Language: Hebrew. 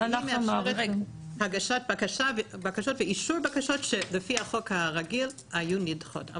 היא מאפשרת הגשה ואישור בקשות שלפי החוק הרגיל היו נדחות.